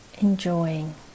enjoying